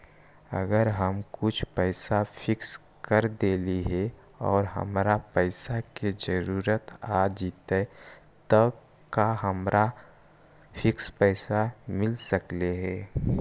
अगर हम कुछ पैसा फिक्स कर देली हे और हमरा पैसा के जरुरत आ जितै त का हमरा फिक्स पैसबा मिल सकले हे?